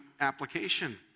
application